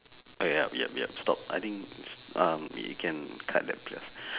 ah yup yup yup stop I think it's um you can cut that part